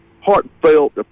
heartfelt